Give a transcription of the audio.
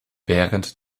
während